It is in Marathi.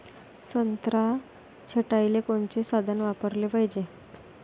संत्रा छटाईले कोनचे साधन वापराले पाहिजे?